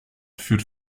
führt